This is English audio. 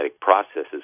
processes